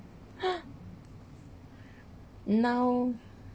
now